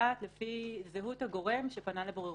נקבעת לפי זהות הגורם שפנה לבוררות.